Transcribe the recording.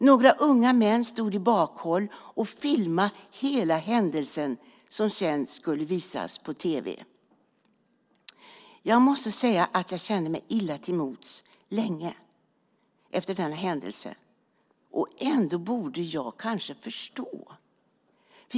Några unga män stod i bakhåll och filmade hela händelsen, som sedan skulle visas på tv. Jag måste säga att jag kände mig illa till mods länge efter denna händelse. Ändå borde jag kanske förstå.